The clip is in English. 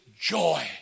joy